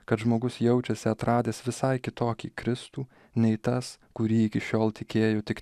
kad žmogus jaučiasi atradęs visai kitokį kristų nei tas kurį iki šiol tikėjo tik